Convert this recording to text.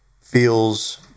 feels